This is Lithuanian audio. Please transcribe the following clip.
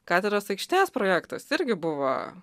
katedros aikštės projektas irgi buvo